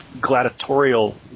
gladiatorial